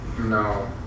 No